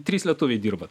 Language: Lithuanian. trys lietuviai dirba